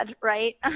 right